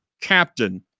captain